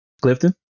Clifton